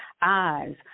eyes